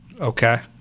Okay